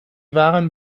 waren